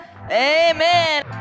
Amen